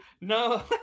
No